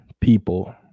people